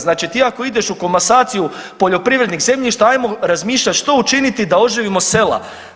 Znači ti ako ideš u komasaciju poljoprivrednih zemljišta ajmo razmišljati što učiniti da oživimo sela.